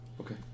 Okay